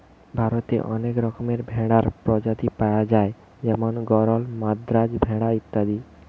ভারতে অনেক রকমের ভেড়ার প্রজাতি পায়া যায় যেমন গরল, মাদ্রাজ ভেড়া ইত্যাদি